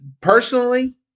personally